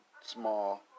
small